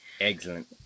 Excellent